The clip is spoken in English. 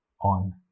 on